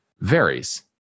varies